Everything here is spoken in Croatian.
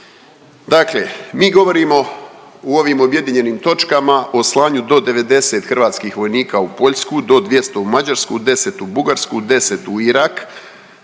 Dakle mi govorimo u ovim objedinjenim točkama o slanju do 90 hrvatskih vojnika u Poljsku, do 200 u Mađarsku, 10 u Bugarsku, 10 u Irak,